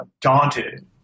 daunted